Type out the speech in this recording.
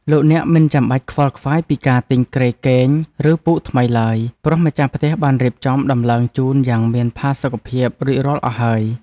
លោកអ្នកមិនចាំបាច់ខ្វល់ខ្វាយពីការទិញគ្រែគេងឬពូកថ្មីឡើយ ព្រោះម្ចាស់ផ្ទះបានរៀបចំដំឡើងជូនយ៉ាងមានផាសុកភាពរួចរាល់អស់ហើយ។